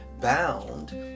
bound